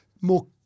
more